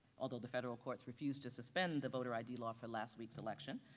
although the federal courts refuse to suspend the voter id law for last week's election,